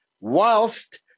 whilst